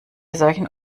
solchen